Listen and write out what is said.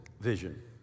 vision